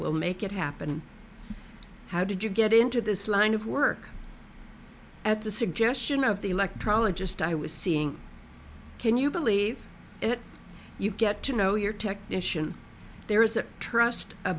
will make it happen how did you get into this line of work at the suggestion of the electronic just i was seeing can you believe it you get to know your technician there is a trust a